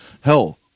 Hell